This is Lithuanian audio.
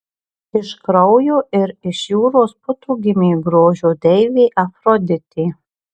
iš kraujo ir iš jūros putų gimė grožio deivė afroditė